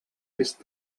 est